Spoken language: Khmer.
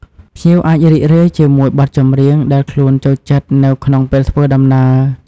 ភ្ញៀវអាចរីករាយជាមួយបទចម្រៀងដែលខ្លួនចូលចិត្តនៅក្នុងពេលធ្វើដំណើរ។